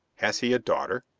has he a daughter?